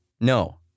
No